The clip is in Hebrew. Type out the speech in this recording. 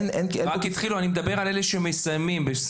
אני מדבר על אלה שמסיימים.